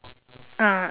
ah